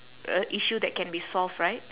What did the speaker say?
a issue that can be solve right